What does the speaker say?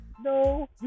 no